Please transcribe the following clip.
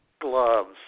gloves